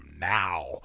now